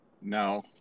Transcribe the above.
No